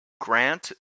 Grant